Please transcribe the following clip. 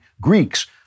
Greeks